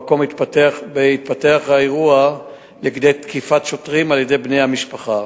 במקום התפתח האירוע לכדי תקיפת שוטרים על-ידי בני המשפחה.